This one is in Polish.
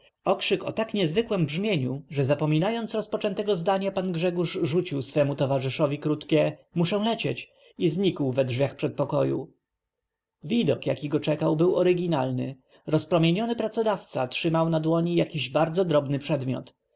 o tak niezwykłem brzmieniu że zapominając rozpoczętego zdania pan grzegórz rzucił swemu towarzyszowi krótkie muszę lecieć i znikł we drzwiach przedpokoju widok jaki go czekał był oryginalny rozpromieniony pracodawca trzymał na dłoni jakiś bardzo drobny przedmiot